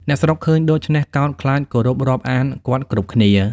អ្នកស្រុកឃើញដូច្នោះ កោតខ្លាចគោរពរាប់អានគាត់គ្រប់គ្នា។